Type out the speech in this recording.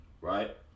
Right